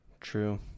True